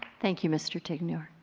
thank you. mr. tignor.